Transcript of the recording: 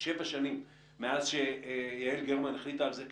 000 מיטות בית שאמורות להקל על חלק מהעומסים שדיברנו עליהם